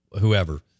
whoever